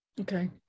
Okay